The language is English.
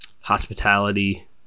hospitality